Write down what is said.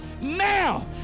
now